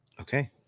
Okay